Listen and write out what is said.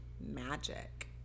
magic